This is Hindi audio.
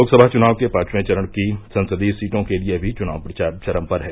लोकसभा चुनाव के पांचवें चरण की संसदीय सीटों के लिये भी चुनाव प्रचार चरम पर है